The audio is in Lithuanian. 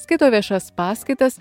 skaito viešas paskaitas